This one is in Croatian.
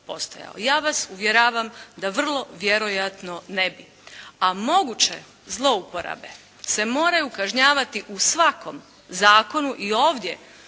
Ja vas uvjeravam da vrlo vjerojatno ne bi. A moguće zlouporabe se moraju kažnjavati u svakom zakonu i ovdje